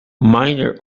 minor